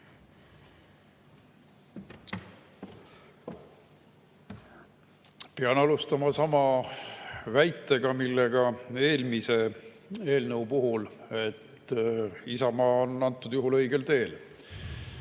Pean alustama sama väitega nagu eelmise eelnõu puhul: Isamaa on antud juhul õigel teel.